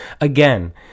Again